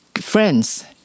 friends